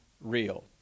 real